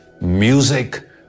music